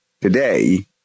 today